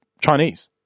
Chinese